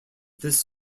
this